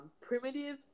primitive